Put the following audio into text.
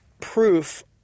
proof